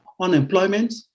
unemployment